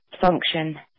function